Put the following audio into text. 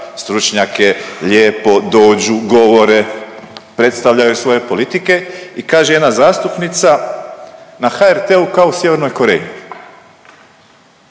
stručnjake lijepo dođu, govore, predstavljaju svoje politike i kaže jedna zastupnica na HRT-u kao u Sjevernoj Koreiji.